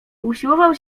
usiłował